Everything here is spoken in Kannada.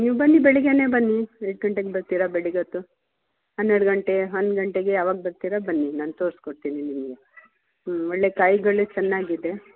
ನೀವು ಬನ್ನಿ ಬೆಳಿಗ್ಗೇನೆ ಬನ್ನಿ ಎಷ್ಟು ಗಂಟೆಗೆ ಬರ್ತೀರ ಬೆಳಿಗ್ಗೆ ಹೊತ್ತು ಹನ್ನೆರಡು ಗಂಟೆ ಹನ್ ಗಂಟೆಗೆ ಯಾವಾಗ ಬರ್ತೀರ ಬನ್ನಿ ನಾನು ತೋರ್ಸಿ ಕೊಡ್ತೀನಿ ನಿಮಗೆ ಹ್ಞೂ ಒಳ್ಳೆ ಕಾಯಿಗಳು ಚೆನ್ನಾಗಿದೆ